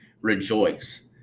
rejoice